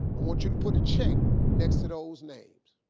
i want you to put a check next to those names.